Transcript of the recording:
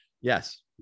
Yes